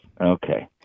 Okay